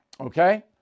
Okay